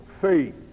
faith